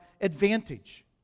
advantage